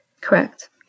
Correct